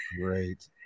great